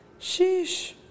sheesh